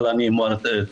אבל אני אומר את